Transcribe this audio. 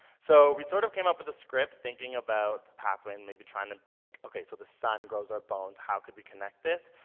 so we sort of came up with a thinking about pathway and maybe trying to think, okay, so the sun grows our bones, how could we connect this?